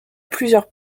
plusieurs